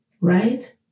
right